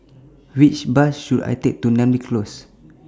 Which Bus should I Take to Namly Close